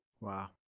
Wow